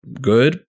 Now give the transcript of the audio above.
good